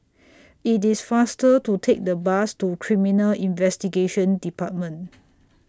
IT IS faster to Take The Bus to Criminal Investigation department